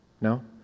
no